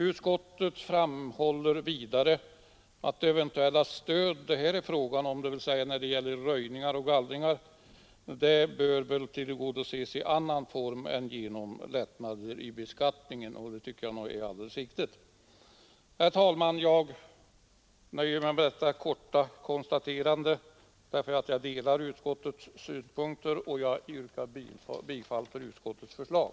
Utskottsmajoriteten framhåller vidare att det eventuella stöd det här är fråga om — dvs, när det gäller röjningar och gallringar — bör tillgodoses i annan form än genom lättnader i beskattningen. Det tycker jag är alldeles riktigt. Herr talman! Jag delar utskottets synpunkter och yrkar bifall till utskottets förslag.